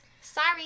sorry